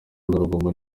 urugomo